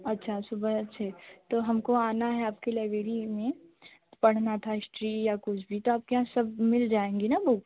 अच्छा सुबह छः तो हमको आना है आपकी लाइब्रेरी में पढ़ना था हिस्ट्री या कुछ भी तो आपके यहाँ सब मिल जाएँगी न बुक